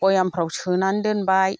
बयामफ्राव सोनानै दोनबाय